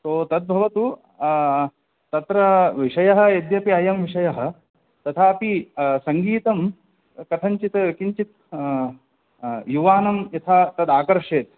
सो तत् भवतु तत्र विषयः यद्यपि अयं विषयः तथापि सङ्गीतं कथञ्चित् किञ्चित् युवानं यथा तदाकर्षेत्